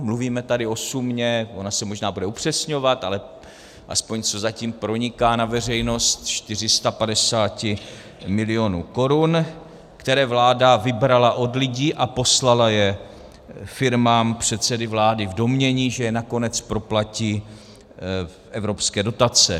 Mluvíme tady o sumě ona se možná bude upřesňovat, ale aspoň co zatím proniká na veřejnost 450 milionů korun, které vláda vybrala od lidí a poslala je firmám předsedy vlády v domnění, že je nakonec proplatí evropské dotace.